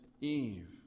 Eve